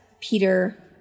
Peter